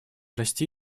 расти